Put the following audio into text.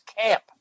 camp